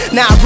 Now